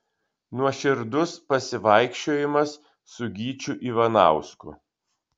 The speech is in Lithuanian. nuoširdus pasivaikščiojimas su gyčiu ivanausku